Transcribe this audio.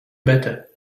better